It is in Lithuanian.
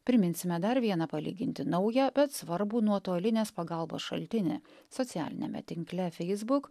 priminsime dar vieną palyginti naują bet svarbų nuotolinės pagalbos šaltinį socialiniame tinkle facebook